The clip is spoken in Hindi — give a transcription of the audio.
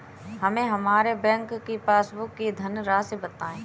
हमें हमारे बैंक की पासबुक की धन राशि बताइए